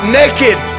naked